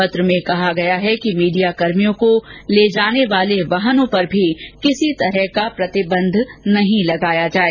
पत्र में कहा गया है कि मीडिया कर्मियों को ले जाने वाले वाहनों पर भी किसी तरह का प्रतिबंध न लगाया जाये